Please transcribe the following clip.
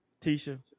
Tisha